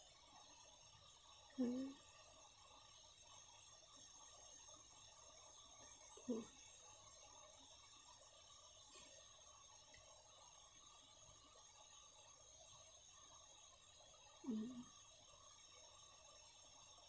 mm mm mm